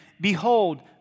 Behold